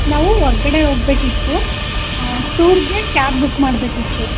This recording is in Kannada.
ನಾವು ಹೊರಗಡೆ ಹೋಗಬೇಕಿತ್ತು ಟೂರ್ಗೆ ಕ್ಯಾಬ್ ಬುಕ್ ಮಾಡಬೇಕಿತ್ತು